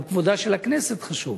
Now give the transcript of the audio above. גם כבודה של הכנסת חשוב.